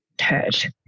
hurt